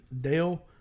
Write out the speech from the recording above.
Dale